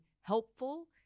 helpful